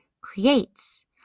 creates